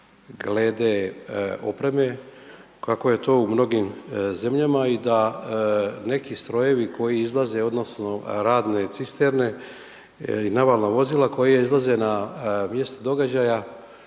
glede opreme kako je to u mnogim zemljama i da neki strojevi koji izlaze, odnosno radne cisterne i navalna vozila koja izlaze na mjesto događaja